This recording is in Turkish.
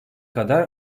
kadar